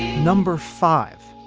number five.